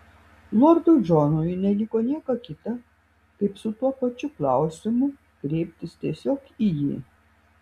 lordui džonui neliko nieko kita kaip su tuo pačiu klausimu kreiptis tiesiog į jį